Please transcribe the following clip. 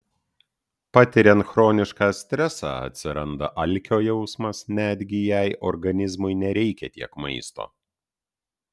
patiriant chronišką stresą atsiranda alkio jausmas netgi jei organizmui nereikia tiek maisto